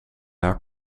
haar